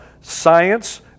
science